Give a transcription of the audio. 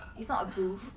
it's not approved